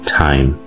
time